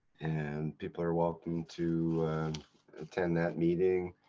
and people are welcome to attend that meeting.